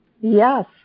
Yes